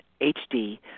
HD